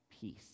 peace